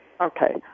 Okay